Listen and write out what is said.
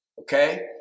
Okay